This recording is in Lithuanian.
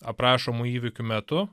aprašomų įvykių metu